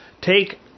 Take